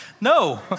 No